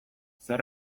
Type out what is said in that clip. zer